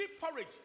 porridge